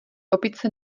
opice